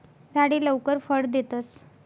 झाडे लवकर फळ देतस